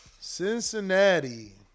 Cincinnati